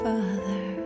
Father